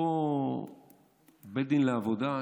אותו בית דין לעבודה,